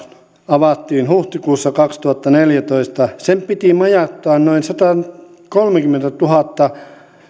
avattiin huhtikuussa kaksituhattaneljätoista sen piti majoittaa noin satakolmekymmentätuhatta